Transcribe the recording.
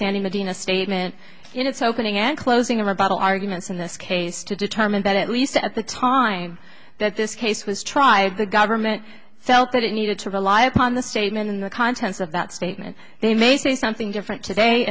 standing medina statement in its opening and closing the rebuttal arguments in this case to determine that at least at the time that this case was tried the government felt that it needed to rely upon the statement in the contents of that statement they may say something different today